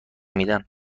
میدن